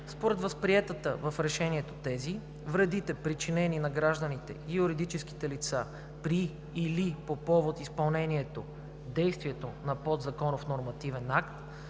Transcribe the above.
Според възприетата в решението теза, вредите, причинени на гражданите и юридическите лица при или по повод изпълнението (действието) на подзаконов нормативен акт